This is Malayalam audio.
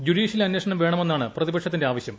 ജുഡീഷ്യൽ അന്വേഷണം വേണമെന്നാണ് പ്രതിപക്ഷത്തിന്റെ ആവശ്യം